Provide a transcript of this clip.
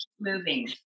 moving